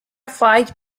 fight